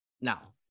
Now